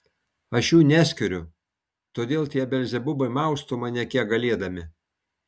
aš jų neskiriu todėl tie belzebubai mausto mane kiek galėdami